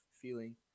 feeling